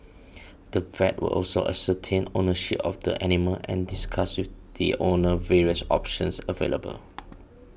the vet would also ascertain ownership of the animal and discuss with the owner various options available